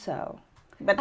so but